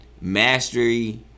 mastery